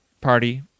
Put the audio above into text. party